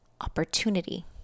opportunity